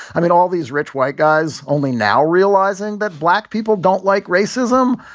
i mean, all these rich white guys only now realizing that black people don't like racism.